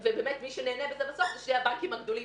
מי שבסוף נהנה מזה, אלה שני הבנקים הגדולים.